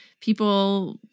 people